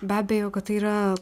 be abejo kad tai yra